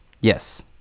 Yes